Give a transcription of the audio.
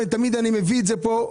ותמיד אני מביא את זה פה,